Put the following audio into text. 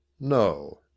No